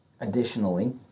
Additionally